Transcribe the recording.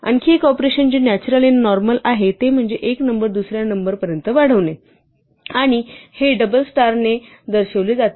आणखी एक ऑपरेशन जे नॅचरल आणि नॉर्मल आहे ते म्हणजे एक नंबर दुसऱ्या नंबर पर्यंत वाढवणे आणि हे डबल स्टार ने दर्शविले जाते